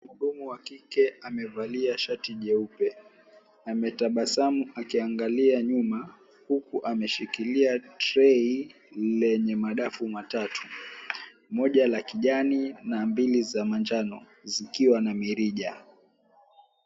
Muhudumu wa kike amevalia shati jeupe, ametabasamu akiangalia nyuma, huku ameshikilia trei lenye madafu matatu: moja ya kijani na mbili za manjano, zikiwa na mirija.